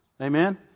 Amen